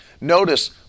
Notice